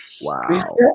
Wow